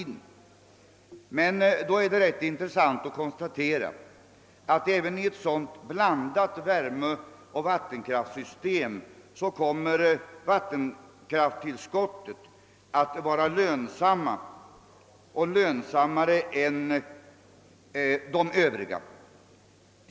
Det är då intressant att konstatera, att även i ett sådant blandat vattenoch värmekraftsystem kommer vattenkrafttillskottet att vara lönsammare än de övriga energitillskotten.